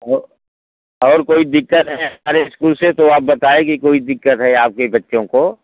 और और कोई दिक्कत है हमारे इस्कूल से तो आप बताएँ कि कोई दिक्कत है आपके बच्चों को